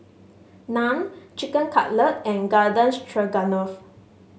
Naan Chicken Cutlet and Garden Stroganoff